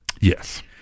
Yes